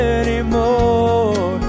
anymore